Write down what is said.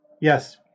Yes